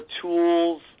tools